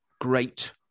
great